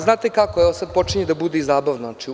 Znate kako, sada počinje da bude i zabavno.